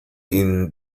ihnen